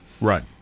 Right